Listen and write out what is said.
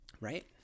right